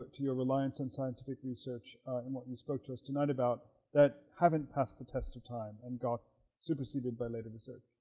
your reliance on scientific research and what you and spoke to us tonight about that haven't passed the test of time and got superseded by later desert